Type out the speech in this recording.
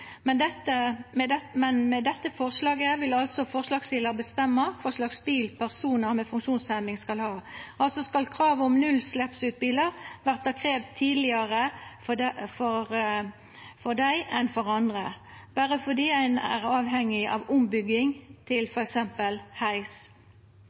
Men med dette forslaget vil forslagsstillarane bestemma kva slags bil personar med funksjonshemming skal ha, altså skal kravet om nullutsleppsbil verta kravd tidlegare for dei enn for andre berre fordi ein er avhengig av ombygging til